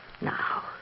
Now